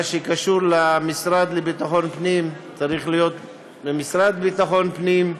מה שקשור למשרד לביטחון פנים צריך להיות במשרד לביטחון פנים,